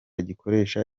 gikoresha